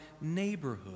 neighborhood